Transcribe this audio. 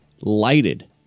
Lighted